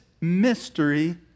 mystery